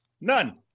None